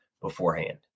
beforehand